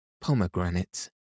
pomegranates